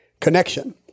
connection